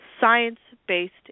science-based